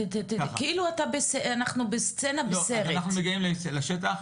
אנחנו מגיעים לשטח,